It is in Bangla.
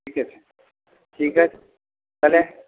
ঠিক আছে ঠিক আছে তাহলে